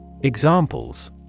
Examples